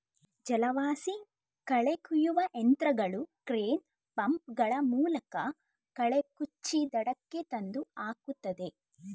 ಜಲವಾಸಿ ಕಳೆ ಕುಯ್ಯುವ ಯಂತ್ರಗಳು ಕ್ರೇನ್, ಪಂಪ್ ಗಳ ಮೂಲಕ ಕಳೆ ಕುಚ್ಚಿ ದಡಕ್ಕೆ ತಂದು ಹಾಕುತ್ತದೆ